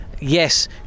Yes